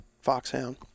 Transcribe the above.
foxhound